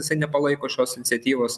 jisai nepalaiko šios iniciatyvos